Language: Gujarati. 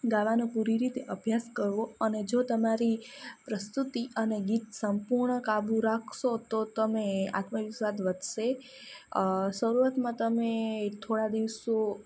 ગાવાનો પૂરી રીતે અભ્યાસ કરવો અને જો તમારી પ્રસ્તુતિ અને ગીત સંપૂર્ણ કાબૂ રાખશો તો તમારો આત્મવિશ્વાસ વધશે શરૂઆતમાં તમે થોડા દિવસો